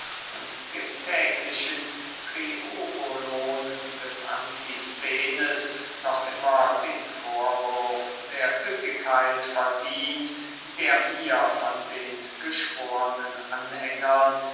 und dem täglichen triobolon des antisthenes noch immer den vorwurf der üppigkeit verdient der mir von den geschwornen anhängern